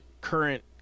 current